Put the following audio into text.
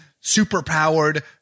super-powered